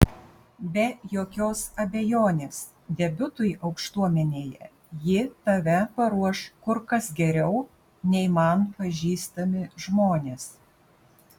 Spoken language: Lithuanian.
be jokios abejonės debiutui aukštuomenėje ji tave paruoš kur kas geriau nei man pažįstami žmonės